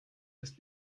ist